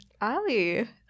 Ali